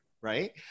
right